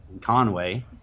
Conway